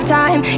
time